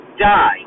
die